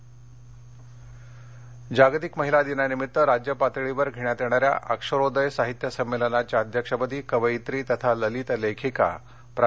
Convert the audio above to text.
अक्षरोदय साहित्य संमेलन नांदेड जागतिक महिला दिनानिमित्त राज्य पातळीवर घेण्यात येणाऱ्या अक्षरोदय साहित्य संमेलनाच्या अध्यक्षपदी कवयित्री तथा ललित लेखिका प्रा